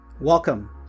Welcome